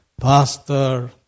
Pastor